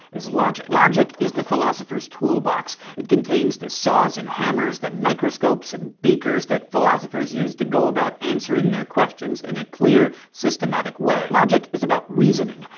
is logic. logic is the philosopher's toolbox. it contains the saws and hammers, the microscopes and and beakers, that philosophers use to go about answering their questions in a clear, systematic way. logic is about reasoning,